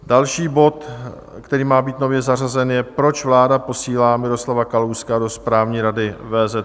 Další bod, který má být nově zařazen, je Proč vláda posílá Miroslava Kalouska do Správní rady VZP?